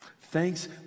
Thanks